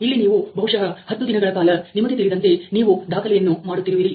ಇಲ್ಲಿ ನೀವು ಬಹುಶಹ ಹತ್ತುದಿನಗಳ ಕಾಲ ನಿಮಗೆ ತಿಳಿದಂತೆ ನೀವು ದಾಖಲೆಯನ್ನು ಮಾಡುತ್ತಿರುವಿರಿ